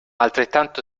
altrettanto